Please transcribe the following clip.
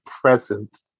present